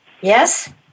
Yes